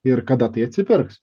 ir kada tai atsipirks